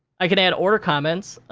i could add order comments.